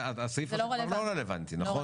הסעיף הזה כבר לא רלוונטי, נכון?